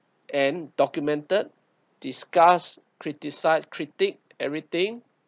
and documented discuss criticised critic everything